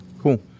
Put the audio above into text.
Cool